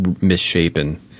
misshapen